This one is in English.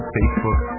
Facebook